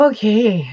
Okay